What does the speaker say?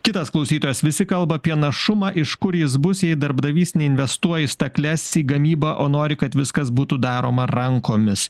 kitas klausytojas visi kalba apie našumą iš kur jis bus jei darbdavys neinvestuoja į stakles į gamybą o nori kad viskas būtų daroma rankomis